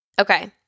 Okay